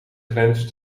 grens